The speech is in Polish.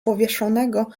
powieszonego